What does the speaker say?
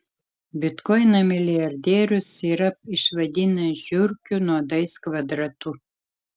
bitkoiną milijardierius yra išvadinęs žiurkių nuodais kvadratu